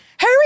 hurry